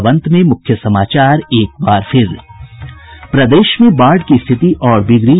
और अब अंत में मूख्य समाचार एक बार फिर प्रदेश में बाढ़ की स्थिति और बिगड़ी